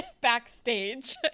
backstage